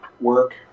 work